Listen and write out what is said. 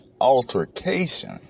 altercation